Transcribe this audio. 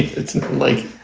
it's like